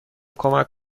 کمک